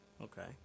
Okay